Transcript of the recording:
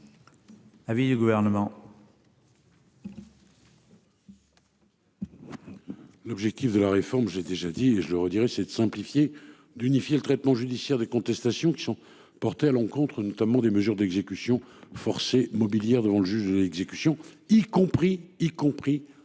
L'objectif de la réforme. J'ai déjà dit et je le redirai c'est de simplifier et d'unifier le traitement judiciaire des contestations qui sont portées à l'encontre notamment des mesures d'exécution forcée mobilières devant le juge exécution y compris, y compris les modes